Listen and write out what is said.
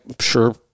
sure